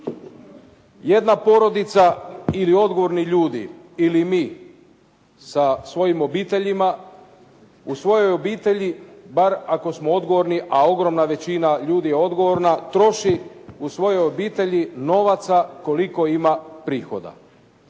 Jedna porodica ili odgovorni ljudi ili mi sa svojim obiteljima u svojoj obitelji bar ako smo odgovorni, a ogromna većina ljudi je odgovorna, troši u svojoj obitelji novaca koliko ima prihoda.